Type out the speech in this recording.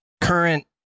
current